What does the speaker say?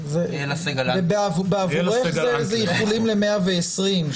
בעבורך זה איחולים ל-120.